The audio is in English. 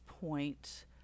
point